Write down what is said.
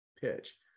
pitch